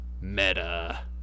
Meta